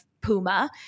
Puma